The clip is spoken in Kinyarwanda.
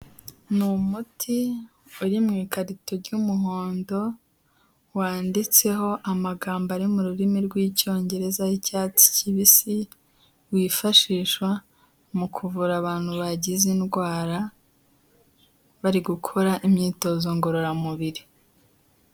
Ni umuti uri mukarito y'umuhondo, wanditseho amagambo ari mu rurimi rw'Icyongereza y'icyatsi kibisi, wifashishwa mu kuvura abantu bagize indwara bari gukora imyitozo ngororamubiri.